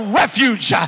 refuge